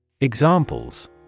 Examples